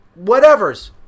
whatevers